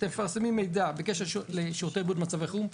אתם מפרסמים מידע בקשר לשירותי בריאות במצבי חירום,